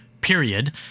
period